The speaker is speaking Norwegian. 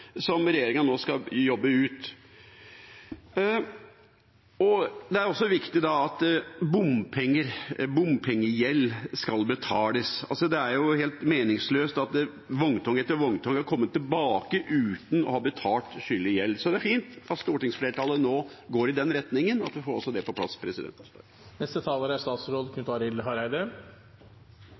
bompenger, bompengegjeld skal betales. Det er helt meningsløst at vogntog etter vogntog har kommet tilbake uten å ha betalt skyldig gjeld. Så det er fint at stortingsflertallet nå går i den retningen, at vi også får det på plass. Eg er glad for den breie tilslutninga denne proposisjonen får. Det er